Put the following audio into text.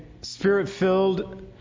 spirit-filled